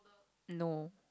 no